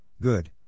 Good